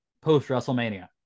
post-WrestleMania